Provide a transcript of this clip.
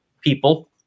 people